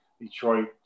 Detroit